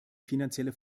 finanzielle